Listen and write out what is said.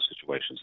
situations